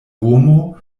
romo